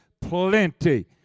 plenty